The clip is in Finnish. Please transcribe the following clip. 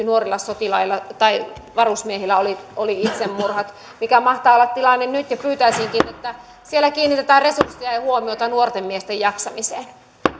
nuorilla sotilailla tai varusmiehillä oli oli itsemurhat mikä mahtaa olla tilanne nyt pyytäisinkin että siellä kiinnitetään resursseja ja huomiota nuorten miesten jaksamiseen